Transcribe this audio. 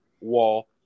wall